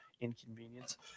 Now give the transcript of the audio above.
inconvenience